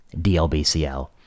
DLBCL